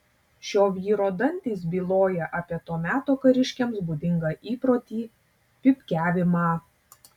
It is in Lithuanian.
šio vyro dantys byloja apie to meto kariškiams būdingą įprotį pypkiavimą